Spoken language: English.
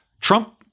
Trump